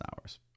hours